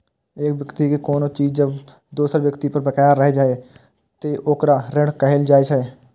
एक व्यक्ति के कोनो चीज जब दोसर व्यक्ति पर बकाया रहै छै, ते ओकरा ऋण कहल जाइ छै